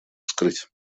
скрыть